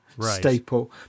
staple